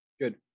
good